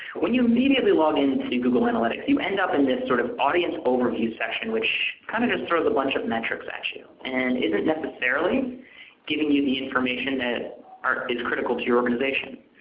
when you immediately log into google analytics you end up in this sort of audience overview section which kind of just throws a bunch of metrics at you, and isn't necessarily giving you the information that is critical to your organization.